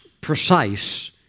precise